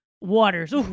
waters